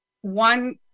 one